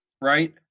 right